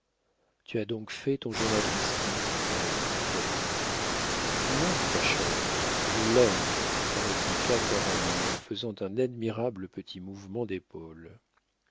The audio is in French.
tu as donc fait ton journaliste répondit florine non ma chère je l'aime répliqua coralie en faisant un admirable petit mouvement d'épaules